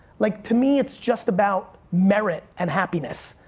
like to me, it's just about merit and happiness.